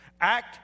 Act